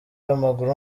w’amaguru